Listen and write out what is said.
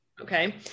Okay